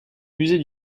musée